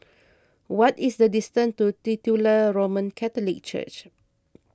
what is the distance to Titular Roman Catholic Church